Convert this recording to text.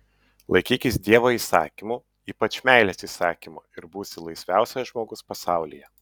laikykis dievo įsakymų ypač meilės įsakymo ir būsi laisviausias žmogus pasaulyje